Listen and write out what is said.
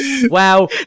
Wow